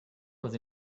was